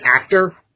actor